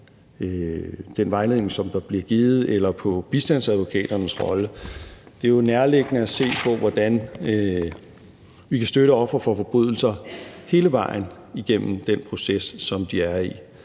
den vejledning, som bliver givet, eller på bistandsadvokaternes rolle? Det er jo nærliggende at se på, hvordan vi kan støtte ofre for forbrydelser hele vejen igennem den proces, som de er i,